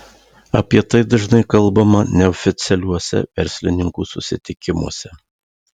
apie tai dažnai kalbama neoficialiuose verslininkų susitikimuose